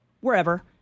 Wherever